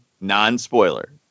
non-spoiler